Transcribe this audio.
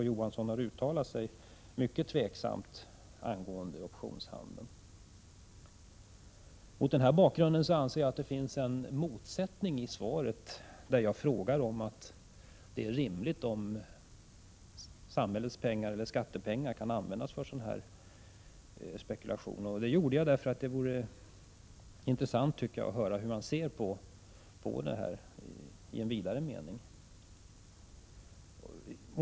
Å. Johansson har uttalat sig mycket tveksamt angående optionshandeln. Mot denna bakgrund anser jag att det finns en motsättning i svaret. Jag frågade om det är rimligt att samhällets pengar, eller skattepengar, kan användas för sådan här spekulation, och jag gjorde det därför att jag tycker att det skulle vara intressant att höra hur man ser på detta i en vidare mening.